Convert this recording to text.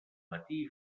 matí